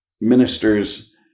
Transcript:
ministers